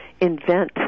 invent